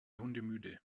hundemüde